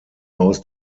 aus